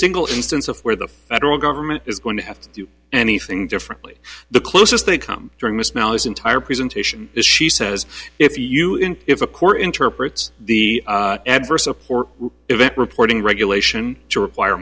single instance of where the federal government is going to have to do anything differently the closest they come during this malaise entire presentation is she says if you in if a core interprets the adverse support event reporting regulation to require